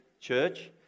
Church